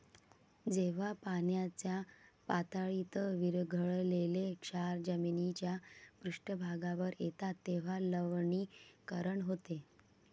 जेव्हा पाण्याच्या पातळीत विरघळलेले क्षार जमिनीच्या पृष्ठभागावर येतात तेव्हा लवणीकरण होते